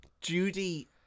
judy